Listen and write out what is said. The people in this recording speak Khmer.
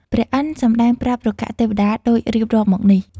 ព្រះឥន្ធសម្ដែងប្រាប់រុក្ខទេវតា ដូចរៀបរាប់មកនេះ។